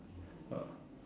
ah